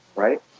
right?